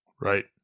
Right